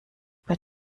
bei